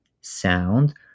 sound